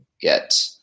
get